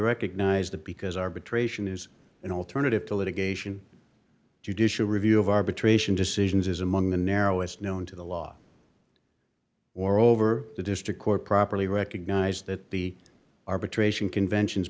recognised that because arbitration is an alternative to litigation judicial review of arbitration decisions is among the narrowest known to the law or over the district court properly recognized that the arbitration conventions